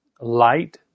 Light